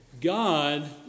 God